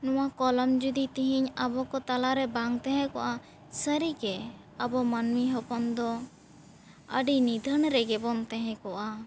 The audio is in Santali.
ᱱᱚᱣᱟ ᱠᱚᱞᱚᱢ ᱡᱩᱫᱤ ᱛᱤᱦᱤᱧ ᱟᱵᱚ ᱠᱚ ᱛᱟᱞᱟ ᱨᱮ ᱵᱟᱝ ᱛᱟᱦᱮᱸᱠᱚᱜ ᱟ ᱥᱟᱹᱨᱤ ᱜᱮ ᱟᱵᱚ ᱢᱟᱹᱱᱢᱤ ᱦᱚᱯᱚᱱ ᱫᱚ ᱟᱹᱰᱤ ᱱᱤᱫᱷᱟᱹᱱ ᱨᱮᱜᱮ ᱵᱚᱱ ᱛᱟᱦᱮᱸᱠᱚᱜ ᱟ